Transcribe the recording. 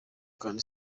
kandi